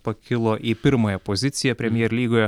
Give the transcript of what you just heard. pakilo į pirmąją poziciją premjer lygoje